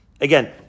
again